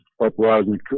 uprising